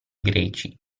greci